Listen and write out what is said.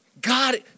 God